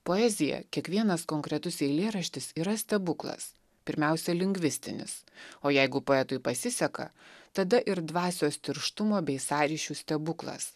poezija kiekvienas konkretus eilėraštis yra stebuklas pirmiausia lingvistinis o jeigu poetui pasiseka tada ir dvasios tirštumo bei sąryšių stebuklas